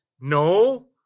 no